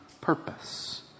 purpose